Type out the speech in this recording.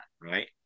Right